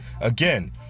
again